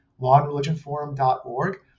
lawandreligionforum.org